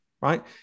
right